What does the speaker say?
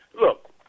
Look